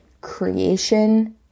creation